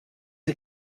sie